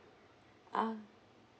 uh